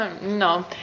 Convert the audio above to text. No